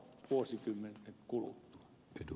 arvoisa herra puhemies